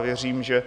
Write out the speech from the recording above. Věřím, že...